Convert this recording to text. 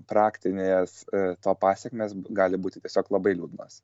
praktinės to pasekmės gali būti tiesiog labai liūdnos